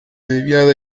debía